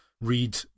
read